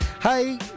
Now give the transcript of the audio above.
Hey